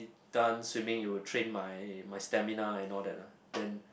done swimming it will train my my stamina and all that lah then